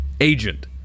agent